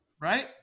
Right